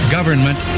Government